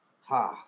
Ha